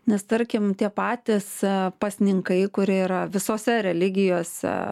nes tarkim tie patys pasninkai kurie yra visose religijose